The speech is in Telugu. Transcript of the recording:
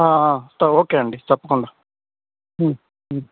అంతా ఓకే అండి తప్పకుండా